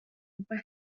bethau